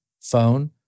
phone